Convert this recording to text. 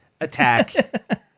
attack